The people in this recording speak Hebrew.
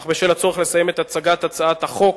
אך בשל הצורך לסיים את הצגת הצעת החוק,